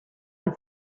and